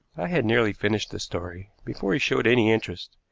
i had nearly finished the story before he showed any interest,